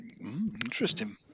Interesting